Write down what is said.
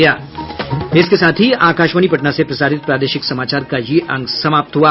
इसके साथ ही आकाशवाणी पटना से प्रसारित प्रादेशिक समाचार का ये अंक समाप्त हुआ